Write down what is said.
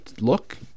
look